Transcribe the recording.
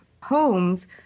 homes